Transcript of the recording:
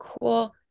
cool